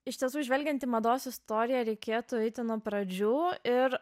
iš tiesų žvelgiant į mados istoriją reikėtų eiti nuo pradžių ir